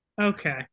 okay